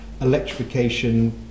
electrification